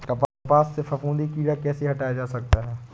कपास से फफूंदी कीड़ा कैसे हटाया जा सकता है?